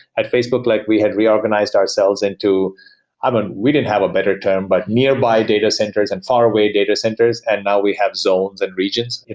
at facebook, like we had reorganized ourselves into i mean, but we didn't have a better term, but nearby data centers and faraway data centers, and now we have zones and regions.